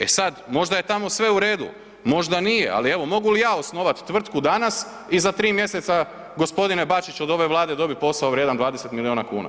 E sad, možda je tamo sve u redu, možda nije, ali evo, mogu li ja osnovati tvrtku danas i za 3 mjeseca, g. Bačiću, od ove Vlade dobiti posao vrijedan 20 milijuna kuna?